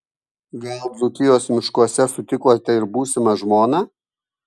gal dzūkijos miškuose sutikote ir būsimą žmoną